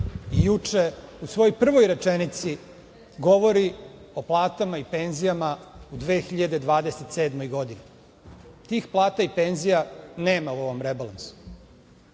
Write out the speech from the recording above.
juče u svojoj prvoj rečenici govori o platama i penzijama u 2027. godini. Tih plata i penzija nema u ovom rebalansu.